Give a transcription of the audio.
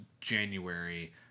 January